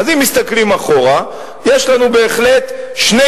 ואם מסתכלים אחורה יש לנו בהחלט שני